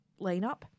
lineup